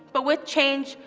but with change,